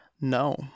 No